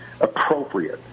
appropriate